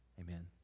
Amen